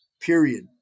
Period